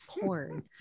porn